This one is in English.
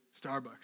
Starbucks